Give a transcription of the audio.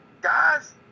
guys